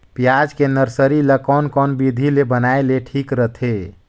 पियाज के नर्सरी ला कोन कोन विधि ले बनाय ले ठीक रथे?